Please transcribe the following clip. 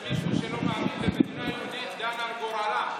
שמישהו שלא מאמין במדינה יהודית דן על גורלה.